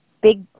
big